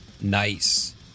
Nice